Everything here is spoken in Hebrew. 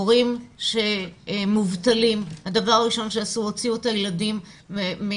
הורים מובטלים והדבר הראשון שהם עשו הם הוציאו את הילדים ממסגרות